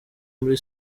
muri